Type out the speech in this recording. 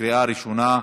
לקריאה ראשונה,